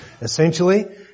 Essentially